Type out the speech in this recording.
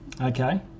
Okay